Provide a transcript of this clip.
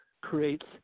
creates